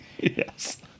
Yes